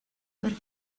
бер